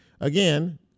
again